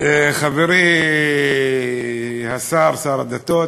חברי השר, שר הדתות,